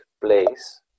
place